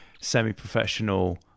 semi-professional